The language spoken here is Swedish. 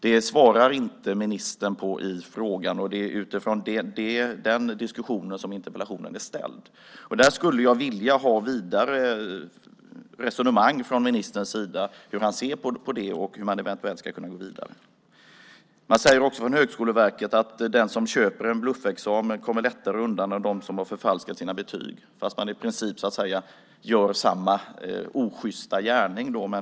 Det svarar ministern inte på, och det är utifrån den diskussionen som interpellationen är ställd. Jag skulle vilja ha vidare resonemang från ministerns sida om hur han ser på detta och hur man eventuellt skulle kunna gå vidare. Man säger också från Högskoleverket att den som köper en bluffexamen kommer lättare undan än den som har förfalskat sina betyg, fastän de i princip har begått samma osjysta gärning.